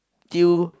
Tiew